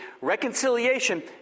Reconciliation